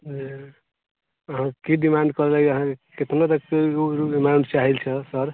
जी अहाँ की डिमांड कहलियै अहाँ कितने तक सेल उलके डिमांड चाही सर